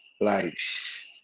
lives